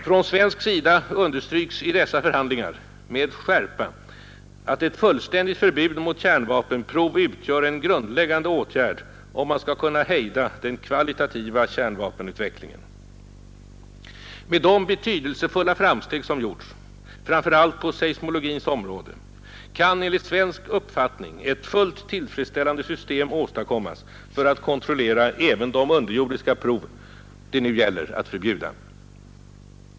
Från svensk sida understryks i dessa förhandlingar med skärpa att ett fullständigt förbud mot kärnvapenprov utgör en grundläggande åtgärd om man skall kunna hejda den kvalitativa kärnvapenutvecklingen. Med de betydelsefulla framsteg som gjorts, framför allt på seismologins område, kan enligt svensk uppfattning ett fullt tillfredsställande system åstadkommas för att kontrollera även de underjordiska prov det nu gäller att förbjuda.